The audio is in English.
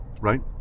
right